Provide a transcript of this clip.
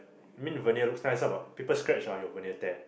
I mean vinyl looks nice ah but people scratch your vinyl tear